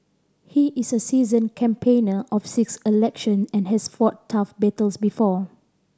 he is a seasoned campaigner of six election and has fought tough battles before